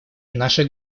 наше